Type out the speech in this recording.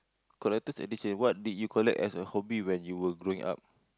collector's edition what did you collect as a hobby while you were growing up